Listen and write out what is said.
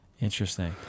Interesting